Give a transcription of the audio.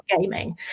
gaming